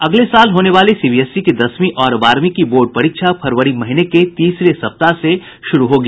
अगले साल होने वाली सीबीएसई की दसवीं और बारहवीं की बोर्ड परीक्षा फरवरी महीने के तीसरे सप्ताह से शुरू होगी